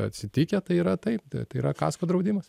atsitikę tai yra taip tai tai yra kasko draudimas